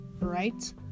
right